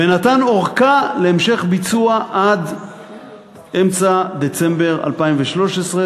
ונתן ארכה להמשך ביצוע עד אמצע דצמבר 2013,